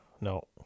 No